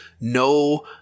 no